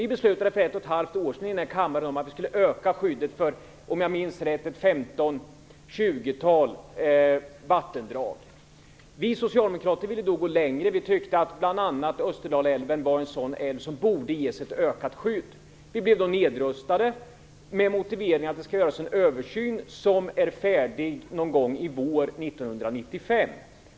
Vi beslutade för ett och ett halvt år sedan i denna kammare om att skyddet skulle ökas för, om jag minns rätt, 15-20 vattendrag. Vi socialdemokrater ville då gå längre. Vi tyckte att bl.a. Österdalälven borde ges ett ökat skydd. Vi blev då nedröstade, med motiveringen att det skulle göras en översyn som skulle vara färdig någon gång under våren 1995.